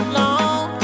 long